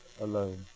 alone